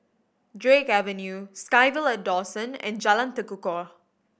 Drake Avenue SkyVille at Dawson and Jalan Tekukor